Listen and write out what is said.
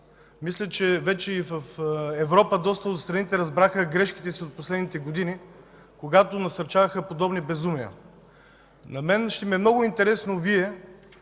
Мисля, че вече и в Европа доста от страните разбраха грешките си от последните години, когато насърчаваха подобни безумия. На мен ще ми е много интересно Вие